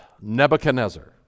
Nebuchadnezzar